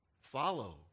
follow